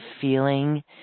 feeling